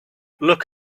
look